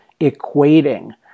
equating